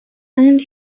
and